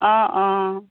অঁ অঁ